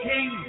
King